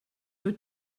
dwyt